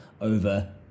over